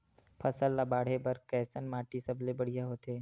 फसल ला बाढ़े बर कैसन माटी सबले बढ़िया होथे?